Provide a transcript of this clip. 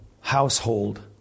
household